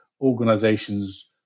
organizations